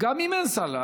גם אם אין שר.